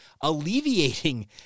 alleviating